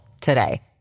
today